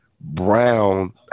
Brown